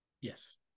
Yes